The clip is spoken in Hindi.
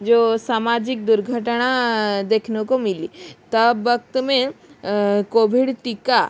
जो सामाजिक दुर्घटना देखने को मिली तब वक्त में कोभिड टीका